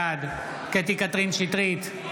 בעד קטי קטרין שטרית,